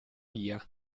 via